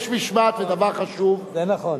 יש משמעת, זה דבר חשוב, זה נכון.